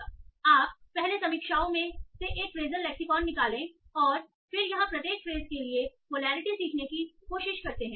तो आप पहले समीक्षाओं में से एक फ्रेजल लेक्सिकॉन निकालें और फिर यहां प्रत्येक फ्रेस के लिए पोलैरिटी सीखने की कोशिश करते हैं